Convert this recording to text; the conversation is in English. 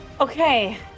Okay